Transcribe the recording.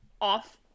off-